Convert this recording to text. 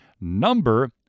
Number